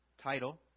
title